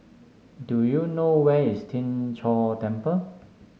do you know where is Tien Chor Temple